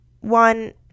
one